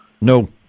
No